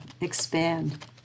expand